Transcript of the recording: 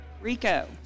Rico